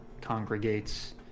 congregates